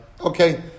Okay